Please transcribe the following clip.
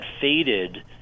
faded